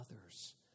others